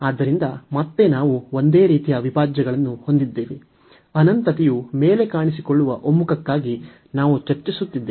ಆದ್ದರಿಂದ ಮತ್ತೆ ನಾವು ಒಂದೇ ರೀತಿಯ ಅವಿಭಾಜ್ಯವನ್ನು ಹೊಂದಿದ್ದೇವೆ ಅನಂತತೆಯು ಮೇಲೆ ಕಾಣಿಸಿಕೊಳ್ಳುವ ಒಮ್ಮುಖಕ್ಕಾಗಿ ನಾವು ಚರ್ಚಿಸುತ್ತಿದ್ದೇವೆ